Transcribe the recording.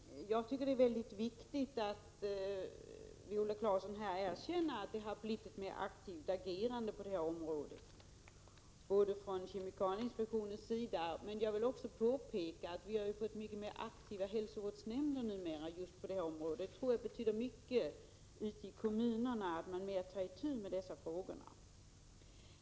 Herr talman! Jag tycker det är viktigt att Viola Claesson här erkänner att det har blivit ett mer aktivt agerande på detta område från kemikalieinspektionens sida. Jag vill påpeka att vi också har mycket mer aktiva hälsovårdsnämnder numera, och jag tror det betyder mycket att man ute i kommunerna tar itu med dessa frågor.